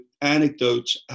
anecdotes